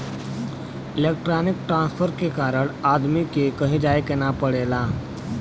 electronic transfer के कारण आदमी के कहीं जाये के ना पड़ेला